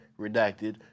Redacted